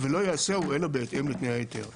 ולא יעשהו אלא בהתאם לתנאי ההיתר.